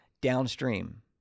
downstream